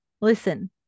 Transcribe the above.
listen